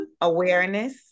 awareness